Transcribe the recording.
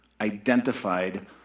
identified